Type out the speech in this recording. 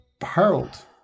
Harold